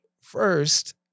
first